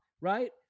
right